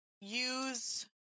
use